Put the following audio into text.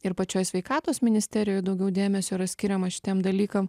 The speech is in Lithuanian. ir pačioj sveikatos ministerijoj daugiau dėmesio yra skiriama šitiem dalykam